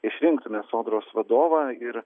išrinksime sodros vadovą ir